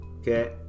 Okay